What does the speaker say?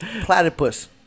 Platypus